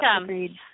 agreed